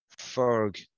Ferg